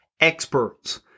experts